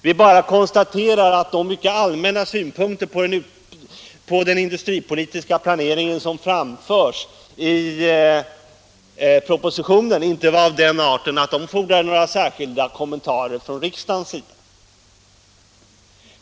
Vi konstaterar bara att de mycket allmänna synpunkter på den industripolitiska planeringen som framförs i propositionen inte är av den arten att de fordrar några särskilda kommentarer från riksdagens sida.